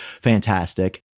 fantastic